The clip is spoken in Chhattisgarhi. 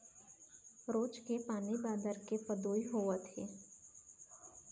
रोज के पानी बादर के पदोई होवत हे